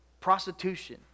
prostitution